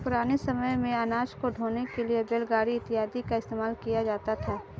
पुराने समय मेंअनाज को ढोने के लिए बैलगाड़ी इत्यादि का इस्तेमाल किया जाता था